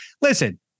listen